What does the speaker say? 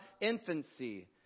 infancy